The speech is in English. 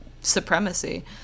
supremacy